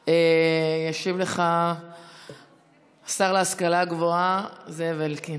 ישיב לך השר להשכלה גבוהה זאב אלקין.